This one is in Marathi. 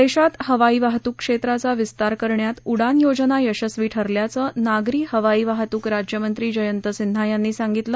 देशात हवाई वाहतूक क्षेत्राचा विस्तार करण्यात उडान योजना यशस्वी ठरल्याचं नागरी हवाई वाहतूक राज्यमंत्री जयंत सिन्हा यांनी सांगितलं